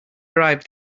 arrive